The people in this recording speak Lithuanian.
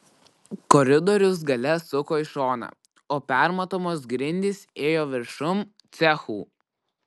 koridorius gale suko į šoną o permatomos grindys ėjo viršum cechų